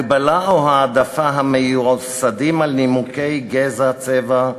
הגבלה או העדפה המיוסדות על נימוקי גזע, צבע,